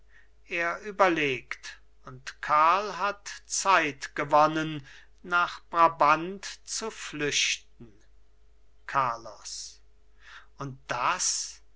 er überlegt und karl hat zeit gewonnen nach brabant zu flüchten carlos und das